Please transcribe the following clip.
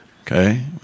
okay